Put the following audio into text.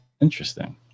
interesting